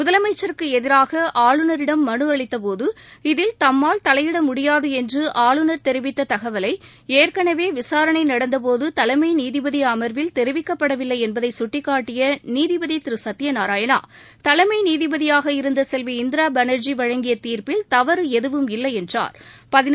முதலமைச்சருக்கு எதிராக ஆளுநரிடம் மனு அளித்தபோது இதில் தம்மால் தலையிட முடியாது என்று ஆளுநர் தெரிவித்த தகவலை ஏற்கனவே விசாரணை நடந்தபோது தலைமை நீதிபதி அம்வில் தெரிவிக்கப்படவில்லை என்பதை சுட்டிக்காட்டிய நீதிபதி திரு சத்ய நாராயணா தலைமை நீதிபதியாக இருந்த செல்வி இந்திரா பானா்ஜி வழங்கிய தீா்ப்பில் தவறு எதுவும் இல்லை என்றாா்